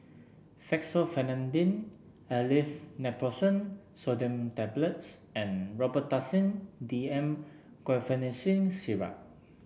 Fexofenadine Aleve Naproxen Sodium Tablets and Robitussin D M Guaiphenesin Syrup